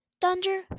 Thunder